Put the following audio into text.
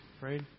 Right